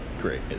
great